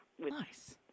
Nice